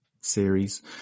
series